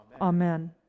Amen